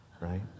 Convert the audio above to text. right